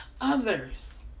others